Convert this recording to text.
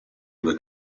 due